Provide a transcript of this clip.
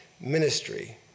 ministry